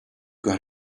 got